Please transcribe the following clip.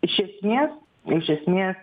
iš esmės iš esmės